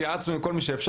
התייעצנו עם כל מי שאפשר.